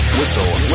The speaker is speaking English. Whistle